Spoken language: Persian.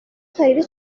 خیلی